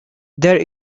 there